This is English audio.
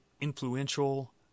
influential